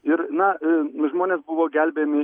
ir na žmonės buvo gelbėjami